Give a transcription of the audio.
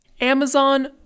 Amazon